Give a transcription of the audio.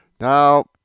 Now